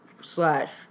slash